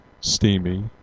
steamy